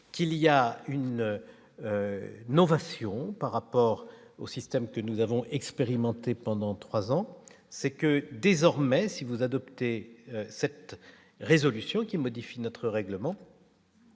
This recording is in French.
qu'il y a eu une novation par rapport au système que nous avons expérimenté pendant 3 ans, c'est que, désormais, si vous adopter cette résolution qui modifie notre règlement,